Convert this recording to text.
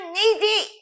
needy